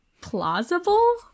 plausible